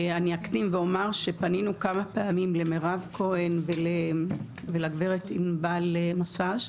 אני אקדים ואומר שפנינו כמה פעמים למירב כהן ולגברת ענבל משש,